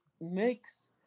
makes